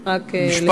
רק לסכם.